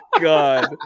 god